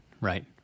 right